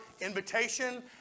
invitation